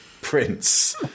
prince